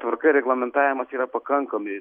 tvarka ir reglamentavimas yra pakankami